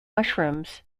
mushrooms